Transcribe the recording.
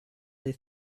they